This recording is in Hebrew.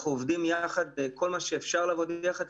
אנחנו עובדים יחד בכל מה שאפשר לעשות ביחד,